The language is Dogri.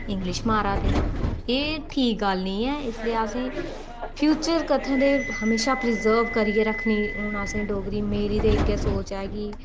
इंग्लिश मारा दे एह् ठीक गल्ल नि ऐ इसलेई असेंगी फ्यूचर कत्थें ते हमेशां प्रिजर्व करियै रक्खनी हून असें डोगरी मेरी ते इ'यै सोच ऐ कि